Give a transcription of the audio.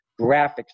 graphics